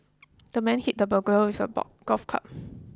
the man hit the burglar with a golf club